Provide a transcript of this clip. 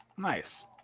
Nice